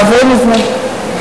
עברו מזמן.